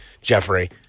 Jeffrey